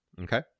Okay